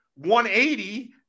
180